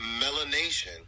melanation